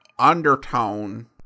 undertone